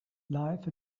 life